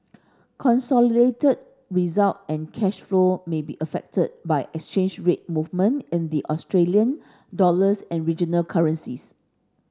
consolidated result and cash flow may be affected by exchange rate movement in the Australian dollars and regional currencies